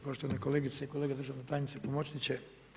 Poštovane kolegice i kolege, državna tajnice i pomoćnice.